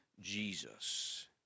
Jesus